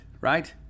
right